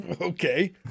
okay